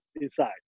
inside